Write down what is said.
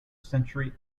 century